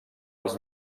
els